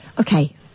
okay